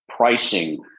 pricing